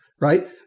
right